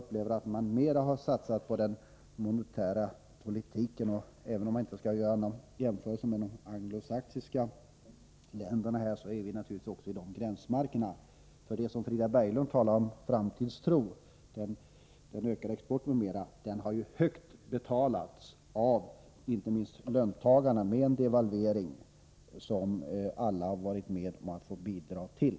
Jag anser att socialdemokraterna mer har satsat på den monetära politiken. Även om man inte skall göra någon jämförelse med den anglosaxiska politiken, så befinner vi oss i de gränstrakterna, för den framtidstro, ökade export m.m. som Frida Berglund talar om har ju högt betalats med en devalvering som alla — inte minst löntagarna — har fått bidra till.